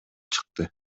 чыкты